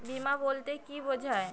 বিমা বলতে কি বোঝায়?